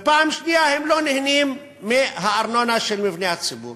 ופעם שנייה, הם לא נהנים מהארנונה של מבני הציבור.